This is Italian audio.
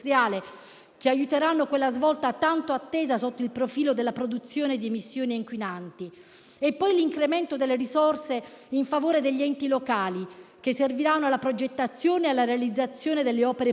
che aiuteranno quella svolta tanto attesa sotto il profilo della produzione di emissioni inquinanti, e poi l'incremento delle risorse in favore degli enti locali, che serviranno alla progettazione e alla realizzazione delle opere pubbliche